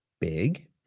big